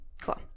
Cool